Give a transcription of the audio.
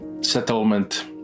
settlement